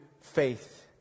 faith